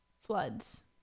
floods